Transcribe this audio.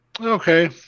Okay